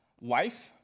life